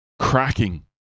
cracking